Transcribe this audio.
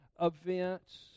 events